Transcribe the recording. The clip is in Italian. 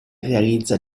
realizza